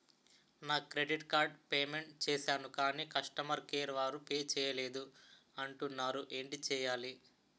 నా credit card payment చేసాను కాని కస్టమర్ కేర్ వారు పే చేయలేదు అంటున్నారు ఏంటి చేయాలి?